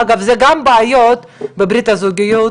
אגב, הבעיה הזאת קיימת גם בברית הזוגיות,